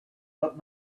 but